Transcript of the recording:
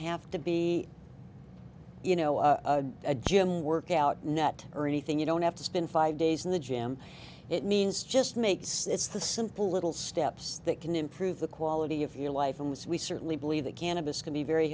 have to be you know a gym workout net or anything you don't have to spend five days in the gym it means just makes that's the simple little steps that can improve the quality of your life in which we certainly believe that cannabis can be very